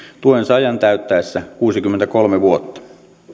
tuensaajan täyttäessä kuusikymmentäkolme vuotta